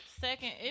Second